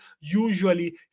usually